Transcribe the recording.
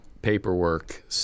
paperwork